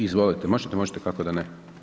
Izvolite, možete, možete kako da ne.